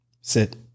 Sit